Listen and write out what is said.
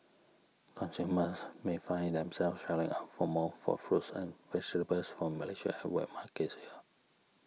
consumers may find themselves shelling out for more for fruits and vegetables from Malaysia at wet markets here